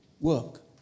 work